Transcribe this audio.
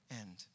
end